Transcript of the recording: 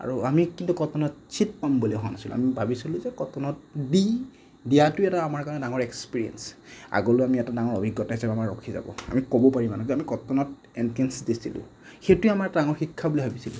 আৰু আমি কিন্তু কটনত ছিট পাম বুলি ভবা নাছিলোঁ আমি ভাবিছিলোঁ যে কটনত দি দিয়াটো এটা আমাৰ কাৰণে এটা ডাঙৰ এক্সপিৰিয়েঞ্চ আগলৈও আমাৰ এটা ডাঙৰ অভিজ্ঞতা হিচাপে আমাৰ ৰখি যাব পাৰি আমি ক'ব পাৰিম মানুহক যে আমি কটনত এণ্ট্ৰেঞ্চ দিছিলোঁ সেইটোৱেই আমাৰ এটা ডাঙৰ শিক্ষা বুলি ভাবিছিলোঁ